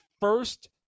first –